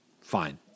fine